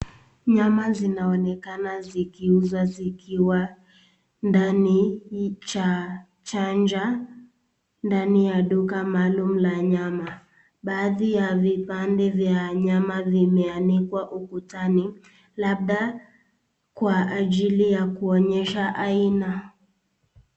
Nyama zinaonekana zikiuzwa zikiwa ndani cha chanja, ndani ya duka maalum la nyama. Baadhi ya vipande vya nyama vimeanikwa ukutani, labda kwa ajili ya kuonyesha aina.